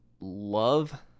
love